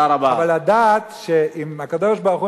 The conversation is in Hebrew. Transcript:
אבל לדעת שאם הקדוש-ברוך-הוא,